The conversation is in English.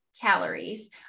calories